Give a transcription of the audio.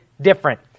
different